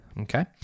Okay